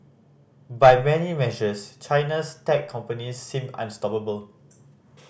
by many measures China's tech companies seem unstoppable